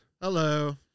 Hello